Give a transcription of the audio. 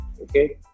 Okay